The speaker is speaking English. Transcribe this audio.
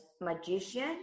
magician